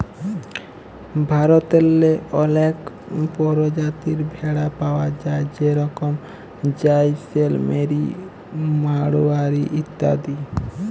ভারতেল্লে অলেক পরজাতির ভেড়া পাউয়া যায় যেরকম জাইসেলমেরি, মাড়োয়ারি ইত্যাদি